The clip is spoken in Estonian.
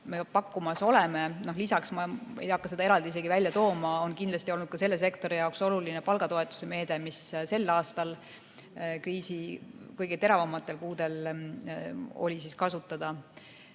pakume. Lisaks, ma ei hakka seda eraldi isegi välja tooma, on kindlasti olnud ka selle sektori jaoks oluline palgatoetuse meede, mis sel aastal kriisi kõige teravamatel kuudel oli kasutada.